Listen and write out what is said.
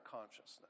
consciousness